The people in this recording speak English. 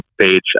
page